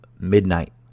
midnight